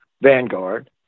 Vanguard